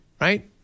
right